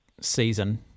season